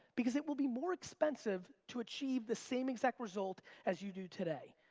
because it will be more expensive to achieve the same exact result as you do today.